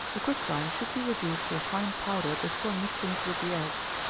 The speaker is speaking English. the quicklime should be reduced to a fine powder before mixing it with the eggs.